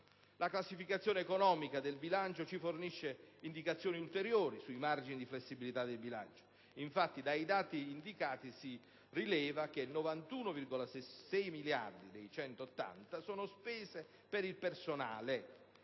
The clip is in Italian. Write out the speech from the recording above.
La classificazione economica del bilancio ci fornisce indicazioni ulteriori sui margini di flessibilità dello stesso; infatti dai dati indicati si rileva che 91,6 miliardi dei 180 sono spese il personale,